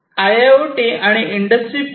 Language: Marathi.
तर आयआयओटी आणि इंडस्त्री 4